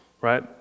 Right